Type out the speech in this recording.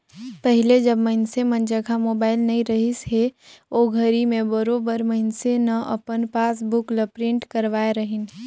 पहिले जब मइनसे मन जघा मोबाईल नइ रहिस हे ओघरी में बरोबर मइनसे न अपन पासबुक ल प्रिंट करवाय रहीन